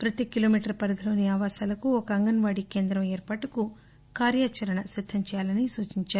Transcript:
ప్రతి కిలోమీటరు పరిధిలోని ఆవాసాలకు ఒక అంగన్నాడీ కేంద్రం ఏర్పాటుకు కార్యాచరణ సిద్ధం చేయాలనీ సూచించారు